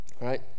right